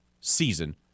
season